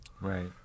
Right